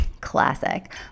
classic